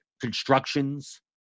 constructions